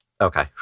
Okay